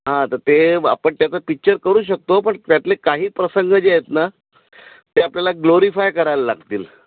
हां तर ते आपण त्याचा पिच्चर करू शकतो पण त्यातले काही प्रसंग जेे आहेत ना ते आपल्याला ग्लोरीफाय करायला लागतील